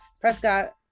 Prescott